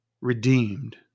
redeemed